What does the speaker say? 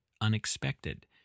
unexpected